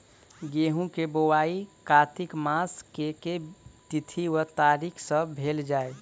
गेंहूँ केँ बोवाई कातिक मास केँ के तिथि वा तारीक सँ कैल जाए?